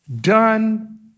done